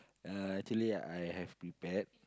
uh actually I have prepared